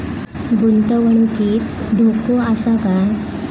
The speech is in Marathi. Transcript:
गुंतवणुकीत धोको आसा काय?